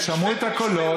ושמעו את הקולות.